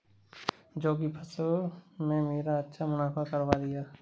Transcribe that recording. जौ की फसल ने मेरा अच्छा मुनाफा करवा दिया